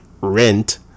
rent